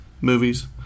movies